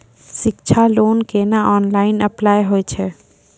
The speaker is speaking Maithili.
शिक्षा लोन केना ऑनलाइन अप्लाय होय छै?